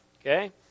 okay